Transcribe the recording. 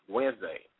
Wednesday